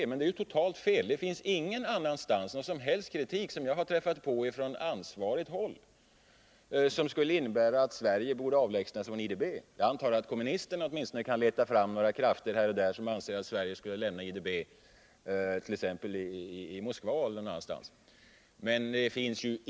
Men det är totalt fel. Det finns ingen annanstans, såvitt jag kunnat finna, någon som helst kritik från ansvarigt håll som skulle innebära att Sverige borde avlägsna sig från IDB. Jag antar att kommunisterna åtminstone kan leta fram några krafter här och där, t.ex. i Moskva, som vill verka för att Sverige skulle lämna IDB.